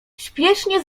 śpiesznie